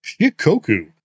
Shikoku